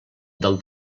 del